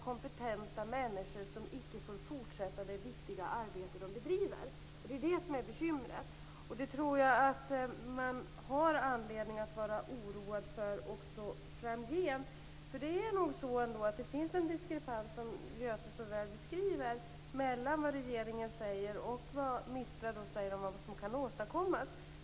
Kompetenta människor får inte fortsätta det viktiga arbete de bedriver. Detta är bekymret, och jag tror att man har anledning att vara oroad också framgent. Det finns ju ändå en diskrepans, som Göte så väl beskriver, mellan vad regeringen säger och vad MISTRA säger kan åstadkommas.